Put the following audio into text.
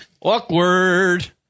Awkward